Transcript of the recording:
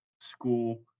school